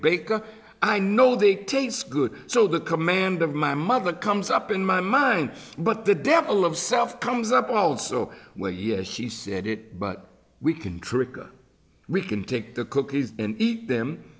baker i know they taste good so the command of my mother comes up in my mind but the devil of self comes up well so well yes she said it but we can trick or we can take the cookies and eat them